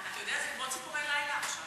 נחמן, אתה יודע, זה כמו "ציפורי לילה" עכשיו,